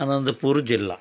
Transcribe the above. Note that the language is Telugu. అనంతపూరు జిల్లా